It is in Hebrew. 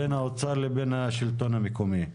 בין האוצר לבין השלטון המקומי,